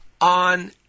on